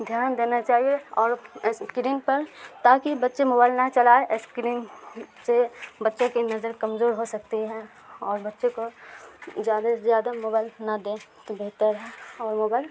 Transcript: دھیان دینا چاہیے اور اسکرین پر تاکہ بچے موبائل نہ چلائے اسکرین سے بچے کی نظر کمزور ہو سکتی ہے اور بچے کو زیادہ سے زیادہ موبائل نہ دیں تو بہتر ہے اور موبائل